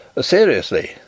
Seriously